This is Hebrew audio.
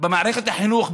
במערכת החינוך,